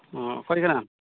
ᱦᱩᱸ ᱚᱠᱟᱨᱮᱱ ᱠᱟᱱᱟᱢ